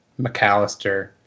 McAllister